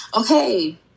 Okay